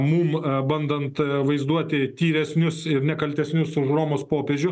mum bandant vaizduoti tyresnius ir nekaltesniu už romos popiežių